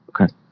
Okay